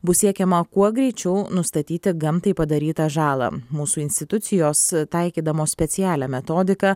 bus siekiama kuo greičiau nustatyti gamtai padarytą žalą mūsų institucijos taikydamos specialią metodiką